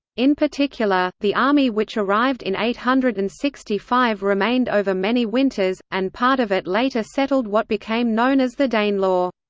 in particular, the army which arrived in eight hundred and sixty five remained over many winters, and part of it later settled what became known as the danelaw.